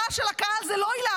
רעש של הקהל זה לא עילה,